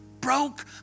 broke